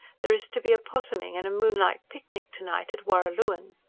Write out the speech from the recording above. there is to be opossuming and a moonlight picnic to-night at warraluen.